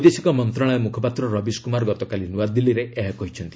ବୈଦେଶିକ ମନ୍ତ୍ରଣାଳୟ ମୁଖପାତ୍ର ରବିଶକୁମାର ଗତକାଲି ନ୍ତଆଦିଲ୍କୀରେ ଏହା କହିଛନ୍ତି